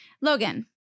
Logan